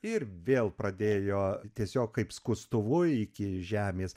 ir vėl pradėjo tiesiog kaip skustuvu iki žemės